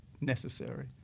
necessary